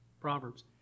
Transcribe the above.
Proverbs